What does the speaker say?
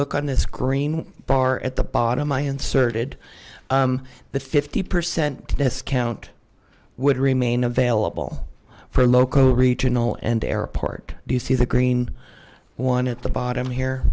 look on this green bar at the bottom i inserted the fifty percent discount would remain available for local regional and airport do you see the green one at the bottom here